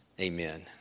Amen